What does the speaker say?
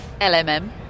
LMM